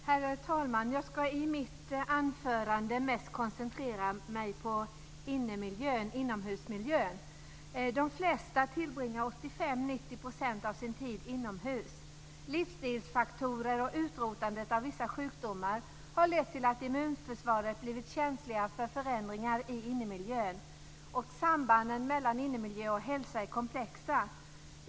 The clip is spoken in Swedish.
Herr talman! Jag ska i mitt anförande koncentrera mig på inomhusmiljön. De flesta tillbringar 85-90 % av sin tid inomhus. Livsstilsfaktorer och utrotandet av vissa sjukdomar har lett till att immunförsvaret blivit känsligare för förändringar i innemiljön. Sambandet mellan innemiljö och hälsa är komplexa.